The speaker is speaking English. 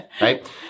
right